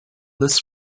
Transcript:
this